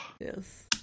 yes